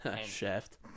Shaft